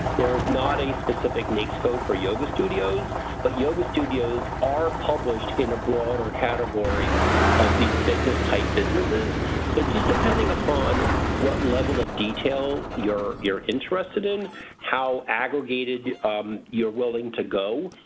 there is not a specific naics code for yoga studios but yoga studios are published in a broader category of these fitness type businesses so just depending upon what level of detail you're you're interested in how aggregated you're willing to go.